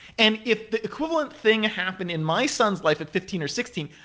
and if the equivalent thing happened in my son's life at fifteen or sixteen,